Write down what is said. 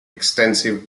extensive